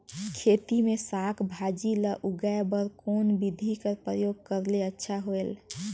खेती मे साक भाजी ल उगाय बर कोन बिधी कर प्रयोग करले अच्छा होयल?